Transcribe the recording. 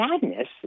sadness